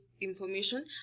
Information